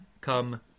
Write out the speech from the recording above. come